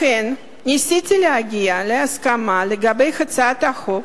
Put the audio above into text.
לכן ניסיתי להגיע להסכמה לגבי הצעת החוק